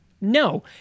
no